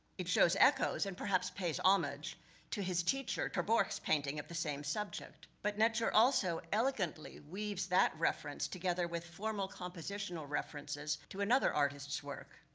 it shows echoes, and perhaps pays homage to his teacher, ter borch's painting of the same subject. but netscher, also, eloquently weaves that reference together with formal compositional references to another artist's work.